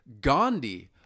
Gandhi